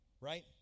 Right